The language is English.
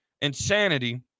insanity